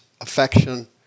affection